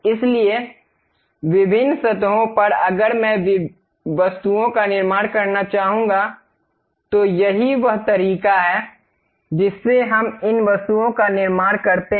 इसलिए विभिन्न सतहों पर अगर मैं वस्तुओं का निर्माण करना चाहूंगा तो यही वह तरीका है जिससे हम इन वस्तुओं का निर्माण करते हैं